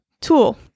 Tool